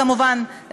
כמובן,